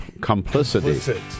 complicity